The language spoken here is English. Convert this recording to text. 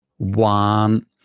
one